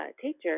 teacher